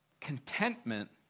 Contentment